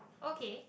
okay